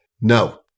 no